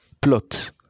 plot